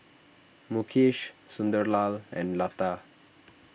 Mukesh Sunderlal and Lata